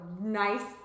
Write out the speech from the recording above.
nice